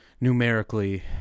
numerically